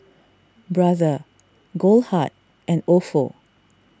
Brother Goldheart and Ofo